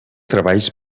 treballs